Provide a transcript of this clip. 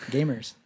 Gamers